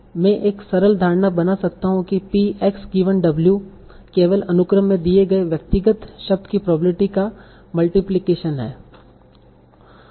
मैं एक सरल धारणा बना सकता हूं कि P X गिवन W केवल अनुक्रम में दिए गए व्यक्तिगत शब्द की प्रोबेब्लिटी का मल्टीप्लीकेशन है